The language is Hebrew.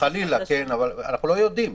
חלילה, אבל אנחנו לא יודעים.